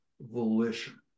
volition